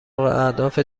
اهداف